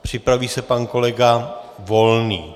Připraví se pan kolega Volný.